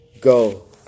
Go